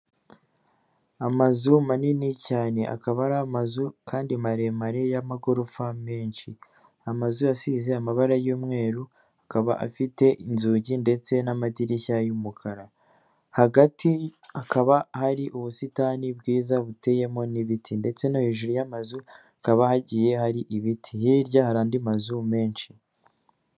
Amazu manini cyane akaba ari amazu kandi maremare y'amagorofa menshi. Amazu asize amabara y'umweru akaba afite inzugi ndetse n'amadirishya y'umukara. Hagati akaba hari ubusitani bwiza buteyemo n'ibiti ndetse no hejuru y'amazu hakaba hagiye hari ibiti, hirya hari andi mazu menshi.